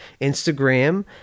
instagram